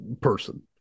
person